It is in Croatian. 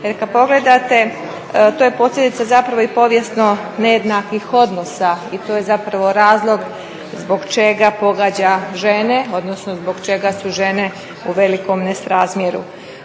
jer kad pogledate to je posljedica zapravo i povijesno nejednakih odnosa i to je zapravo razlog zbog čega pogađa žene, odnosno zbog čega su žene u velikoj nesrazmjeru.